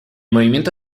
movimiento